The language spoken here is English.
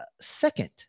second